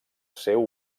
seu